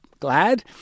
glad